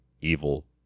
evil